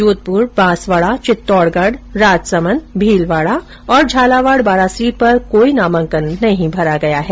जोधपुर बांसवाडा चित्तोडगढ राजसमंद भीलवाडा और झालावाड़ बारां सीट पर कोई नामांकन नहीं भरा गया है